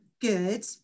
good